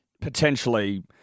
potentially